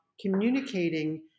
communicating